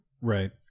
right